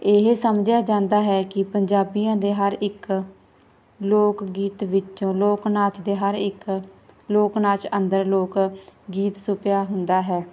ਇਹ ਸਮਝਿਆ ਜਾਂਦਾ ਹੈ ਕਿ ਪੰਜਾਬੀਆਂ ਦੇ ਹਰ ਇੱਕ ਲੋਕ ਗੀਤ ਵਿੱਚੋਂ ਲੋਕ ਨਾਚ ਦੇ ਹਰ ਇੱਕ ਲੋਕ ਨਾਚ ਅੰਦਰ ਲੋਕ ਗੀਤ ਛੁਪਿਆ ਹੁੰਦਾ ਹੈ